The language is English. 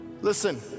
Listen